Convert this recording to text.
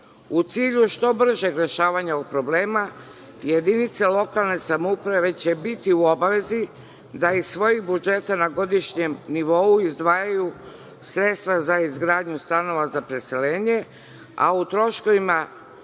cilju je što bržeg rešavanja ovog problema, jedinice lokalne samouprave već će biti u obavezi da i svoje budžete na godišnjem nivou izdvajaju sredstva za izgradnju stanova za preseljenje, a u troškovima